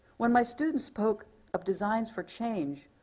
when my students spoke of designs for change,